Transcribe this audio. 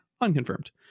unconfirmed